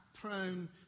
prone